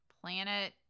planet